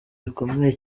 bikomeye